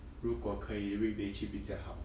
如果可以 weekday 去比较好